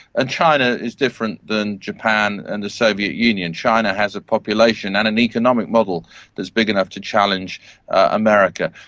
and china is different than japan and the soviet union. china has a population and an economic model that is big enough to challenge america.